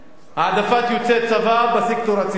להעדפת יוצאי צבא בסקטור הציבורי,